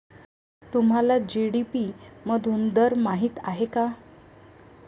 तुम्हाला जी.डी.पी मधून दर माहित आहे का?